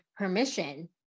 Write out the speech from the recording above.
permission